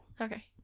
okay